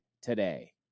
today